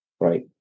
right